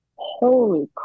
holy